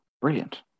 brilliant